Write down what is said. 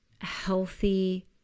healthy